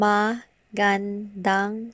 Magandang